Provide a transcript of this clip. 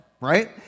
right